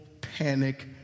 panic